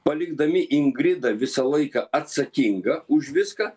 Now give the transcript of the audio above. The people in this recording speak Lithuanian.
palikdami ingridą visą laiką atsakingą už viską